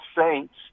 Saints